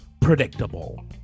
predictable